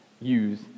use